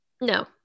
no